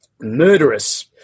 murderous